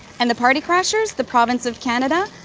and the party crashers, the province of canada,